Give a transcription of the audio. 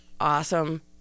awesome